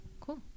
Cool